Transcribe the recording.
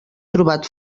trobat